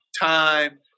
time